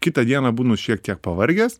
kitą dieną būnu šiek tiek pavargęs